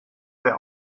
der